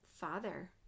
father